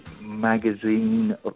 magazine